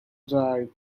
drive